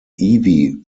ivy